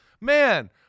man